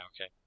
okay